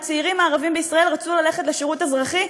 מהצעירים הערבים בישראל רצו ללכת לשירות האזרחי.